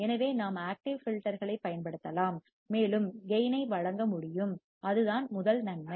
எனவே நாம் ஆக்டிவ் ஃபில்டர்களைப் பயன்படுத்தலாம் மேலும் ஆதாயத்தை கேயின் ஐ வழங்க முடியும் அதுதான் முதல் நன்மை